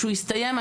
שהוא הסתיים,